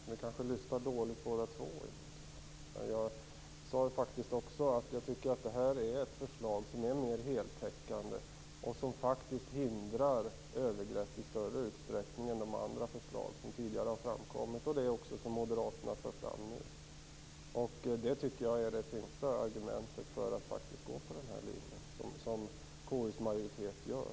Fru talman! Vi kanske båda lyssnar dåligt. Jag sade att detta är ett förslag som är mer heltäckande och som faktiskt hindrar övergrepp i större utsträckning än tidigare förslag. Det är det förslag som Moderaterna för fram nu. Det är det tyngsta argumentet att följa den linje KU:s majoritet gör.